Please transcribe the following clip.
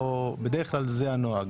לא בדרך כלל זה הנוהג.